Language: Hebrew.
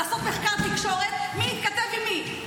לעשות מחקר תקשורת מי התכתב עם מי?